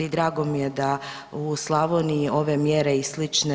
I drago mi je da u Slavoniji ove mjere i slične